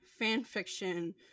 fanfiction